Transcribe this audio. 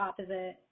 opposite